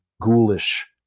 ghoulish